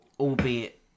albeit